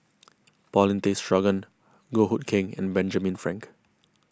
Paulin Tay Straughan Goh Hood Keng and Benjamin Frank